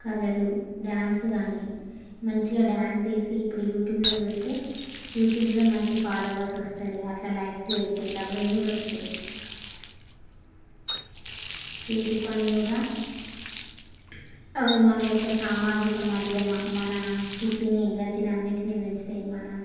కళలు డాన్స్ కానీ మంచిగా డాన్స్ వేసి ఇప్పుడు యూట్యూబ్లో పెడితే యూట్యూబ్లో మంచి ఫాలోవర్స్ వస్తారు అట్లా లైక్స్ పెరిగితే డబ్బులు కూడా వస్తాయి చేతి పనులు కూడా అవి మన యొక్క సామాజిక మధ్యమ మన స్థితిని గతిని అన్నిటిని పెంచుతాయి మన